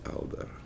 elder